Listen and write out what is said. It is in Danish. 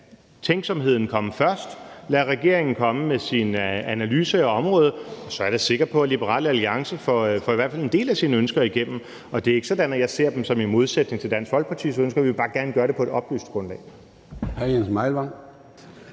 tænksomheden komme først, lade regeringen komme med sin analyse af området, og så er jeg da sikker på, at Liberal Alliance får i hvert fald en del af sine ønsker igennem. Det er ikke sådan, at jeg ser dem som en modsætning til Dansk Folkepartis ønsker. Vi vil bare gerne gøre det på et oplyst grundlag.